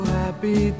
happy